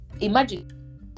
Imagine